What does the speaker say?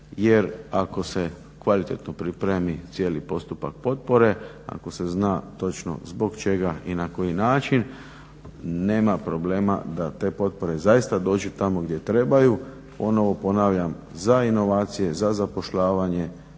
jer ako se kvalitetno pripremi cijeli postupak potpore, ako se zna točno zbog čega i na koji način nema problema da te potpore zaista dođu tamo gdje trebaju, ponovo ponavljam za inovacije, za zapošljavanje,